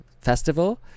Festival